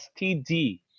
STD